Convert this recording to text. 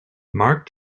mark